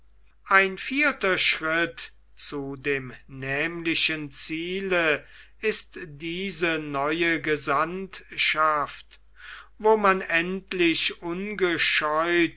ein vierter schritt zu dem nämlichen ziele ist diese neue gesandtschaft wo man endlich